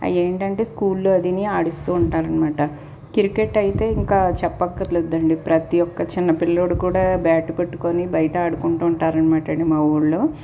అవేంటంటే స్కూల్లో అదిని ఆడిస్తూ ఉంటారనమాట క్రికెట్ అయితే ఇంకా చెప్పక్కర లేదండి ప్రతి ఒక్క చిన్న పిల్లోడు కూడా బ్యాట్ పట్టుకొని బయట ఆడుకొంటూ ఉంటారనమాటండి మా ఊళ్ళో